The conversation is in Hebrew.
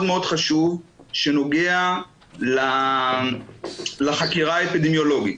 מאוד חשוב שנוגע לחקירה האפידמיולוגית.